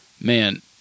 Man